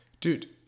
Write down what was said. Dude